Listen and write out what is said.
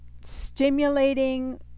stimulating